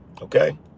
Okay